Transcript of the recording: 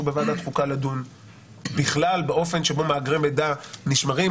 בוועדת חוקה לדון בכלל באופן שבו מאגרי מידע נשמרים,